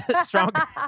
Stronger